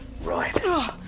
Right